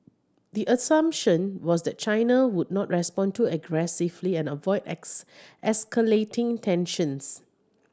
the assumption was that China would not respond too aggressively and avoid ex escalating tensions